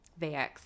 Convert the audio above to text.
VX